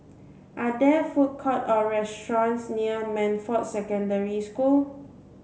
are there food court or restaurants near Montfort Secondary School